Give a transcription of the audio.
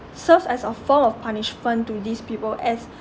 serves as a form of punishment to these people as